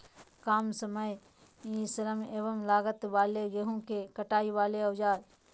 काम समय श्रम एवं लागत वाले गेहूं के कटाई वाले औजार?